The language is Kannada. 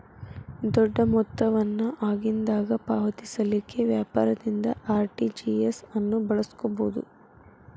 ದೊಡ್ಡ ಮೊತ್ತ ವನ್ನ ಆಗಿಂದಾಗ ಪಾವತಿಸಲಿಕ್ಕೆ ವ್ಯಾಪಾರದಿಂದ ಆರ್.ಟಿ.ಜಿ.ಎಸ್ ಅನ್ನು ಬಳಸ್ಕೊಬೊದು